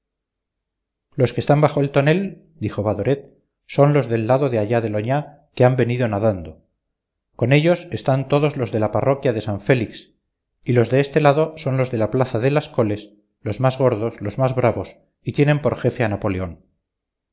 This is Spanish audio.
los que están bajo el tonel dijo badoret son los del lado de allá del oñá que han venido nadando con ellos están todos los de la parroquia de san félix y los de este lado son los de la plaza de las coles los más gordos los más bravos y tienen por jefe a napoleón